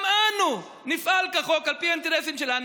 גם אנו נפעל כחוק על פי האינטרסים שלנו: